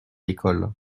l’école